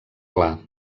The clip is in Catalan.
clar